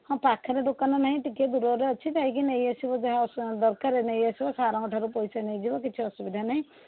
ହଁ ପାଖେରେ ଦୋକାନ ନାହିଁ ଟିକିଏ ଦୂରରେ ଅଛି ଯାଇକି ନେଇଆସିବ ଯାହା ଦରକାର ନେଇଆସିବ ସାର୍ ଙ୍କ ଠାରୁ ପଇସା ନେଇଯିବ କିଛି ଅସୁବିଧା ନାହିଁ